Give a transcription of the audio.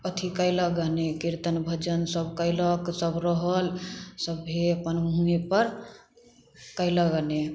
अथी कयलक गने कीर्तन भजन सब कयलक सब रहल सब भेल अपन उहे पर कयलक गने